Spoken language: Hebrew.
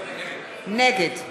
נגד